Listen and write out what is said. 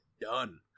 done